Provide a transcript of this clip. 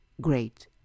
great